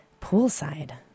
poolside